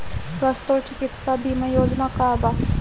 स्वस्थ और चिकित्सा बीमा योजना का बा?